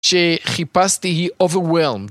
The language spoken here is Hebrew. שחיפשתי היא Overwhelmed